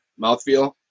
mouthfeel